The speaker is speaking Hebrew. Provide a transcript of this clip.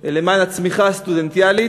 למען הצמיחה הסטודנטיאלית.